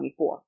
2024